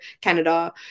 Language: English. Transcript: Canada